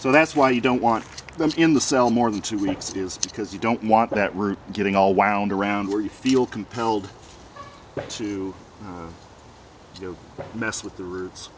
so that's why you don't want them in the cell more than two weeks it is because you don't want that root getting all wound around where you feel compelled to mess with the roots